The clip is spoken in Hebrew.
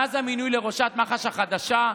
מאז המינוי לראשת מח"ש החדשה,